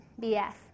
BS